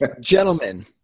gentlemen